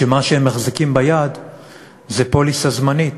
שמה שהם מחזיקים ביד זה פוליסה זמנית,